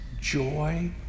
joy